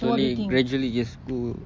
slowly gradually yes go